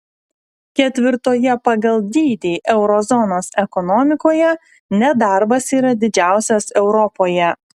ketvirtoje pagal dydį euro zonos ekonomikoje nedarbas yra didžiausias europoje